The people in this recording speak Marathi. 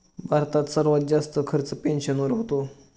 भारतात सर्वात जास्त खर्च पेन्शनवर होतो